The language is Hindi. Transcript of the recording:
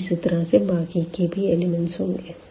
इसी तरह से बाकी भी होंगे